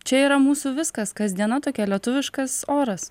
čia yra mūsų viskas kasdiena tokia lietuviškas oras